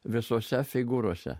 visose figūrose